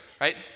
right